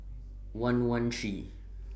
one one three